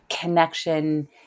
connection